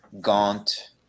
gaunt